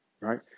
right